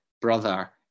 brother